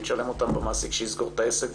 היא תשלם אותם במעסיק שיסגור את העסק,